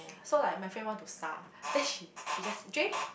so like my friend want to 调 then she she just Jay